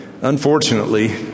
unfortunately